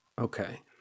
Okay